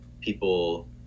people